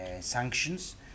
sanctions